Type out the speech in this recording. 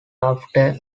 after